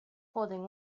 holding